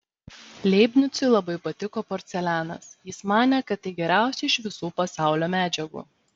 leibnicui labai patiko porcelianas jis manė kad tai geriausia iš visų pasaulio medžiagų